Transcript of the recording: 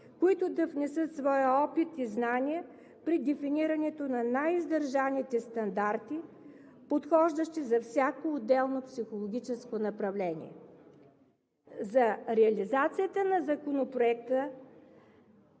които да внесат своя опит и знания при дефинирането на най-издържаните стандарти, подхождащи за всяко отделно психологическо направление. За реализацията на Законопроекта